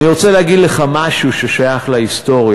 אני רוצה להגיד לך משהו ששייך להיסטוריה,